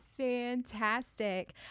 Fantastic